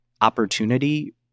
opportunity